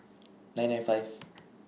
nine nine five